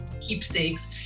keepsakes